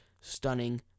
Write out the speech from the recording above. stunning